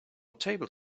table